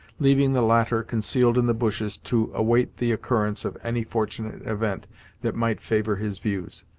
leaving the latter concealed in the bushes to await the occurrence of any fortunate event that might favour his views.